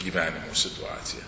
gyvenimo situacija